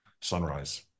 sunrise